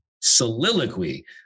soliloquy